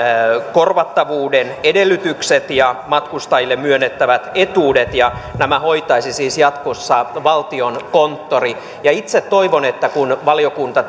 korvattavuuden edellytykset ja matkustajille myönnettävät etuudet ja nämä hoitaisi siis jatkossa valtiokonttori itse toivon että kun valiokunta